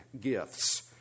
gifts